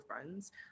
friends